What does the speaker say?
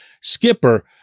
Skipper